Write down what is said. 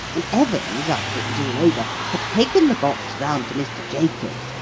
and evans, after it was all over, had taken the box round to mr. jacobs',